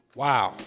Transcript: wow